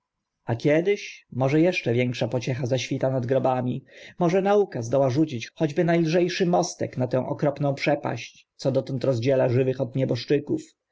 kiedyś może eszcze większa pociecha zaświta nad grobami może nauka zdoła rzucić choćby na lże szy mostek na tę okropną przepaść co dotąd rozdziela żywych od nieboszczyków